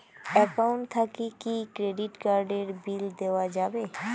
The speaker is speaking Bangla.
একাউন্ট থাকি কি ক্রেডিট কার্ড এর বিল দেওয়া যাবে?